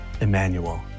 Emmanuel